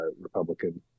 Republican